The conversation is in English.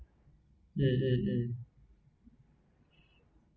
mm mm mm